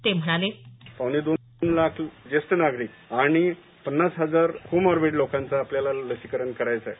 ते म्हणाले पावणेदोन लाख ज्येष्ठ नागरिक आणि पन्नास हजार को मॉर्बिड लोकांचं आपल्याला लसीकरण करायचंय